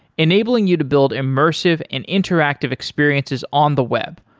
enabling you to build immersive and interactive experiences on the web,